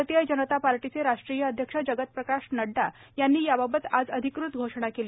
भारतीय जनता पार्टीचे राष्ट्रीय अध्यक्ष जगतप्रकाश नड्डा यांनी याबाबत आज अधिकृत घोषणा केली